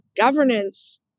governance